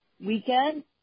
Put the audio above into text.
weekend